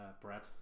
Brad